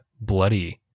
bloody